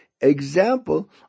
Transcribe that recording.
example